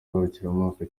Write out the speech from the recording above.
ngarukamwaka